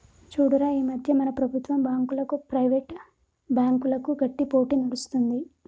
చూడురా ఈ మధ్య మన ప్రభుత్వం బాంకులకు, ప్రైవేట్ బ్యాంకులకు గట్టి పోటీ నడుస్తుంది